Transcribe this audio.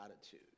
attitude